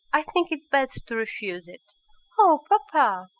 i think it best to refuse it oh, papa